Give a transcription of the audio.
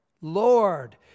Lord